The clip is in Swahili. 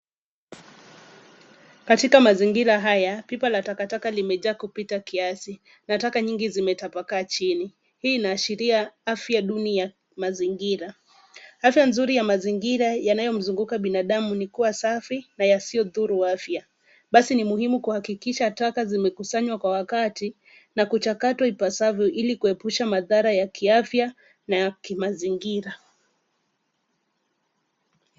Katika mazingira haya ,pipa la takataka limejaa kupita kiasi na taka nyingi zimetapakaa chini. Hii inaashiria afya duni ya mazingira. Afya nzuri ya mazingira yanayomzunguka binadamu ni kuwa safi na yasiyodhuru afya. Basi ni muhimu kuhakikisha kuwa taka zimekusanywa Kwa wakati na kuchakatwa ipasavyo ili kuepusha madhara ya kiafya na ya kimazingira.